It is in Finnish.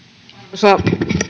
arvoisa